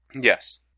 Yes